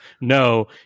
No